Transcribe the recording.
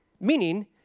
Meaning